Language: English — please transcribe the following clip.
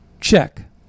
Check